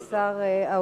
אדוני סגן שר האוצר,